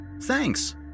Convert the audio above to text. Thanks